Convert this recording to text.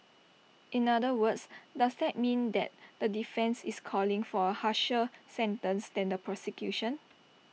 in other words does that mean that the defence is calling for A harsher sentence than the prosecution